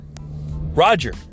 Roger